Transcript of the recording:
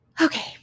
Okay